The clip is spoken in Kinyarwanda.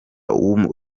w’u